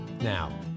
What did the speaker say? Now